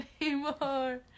anymore